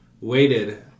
waited